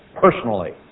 personally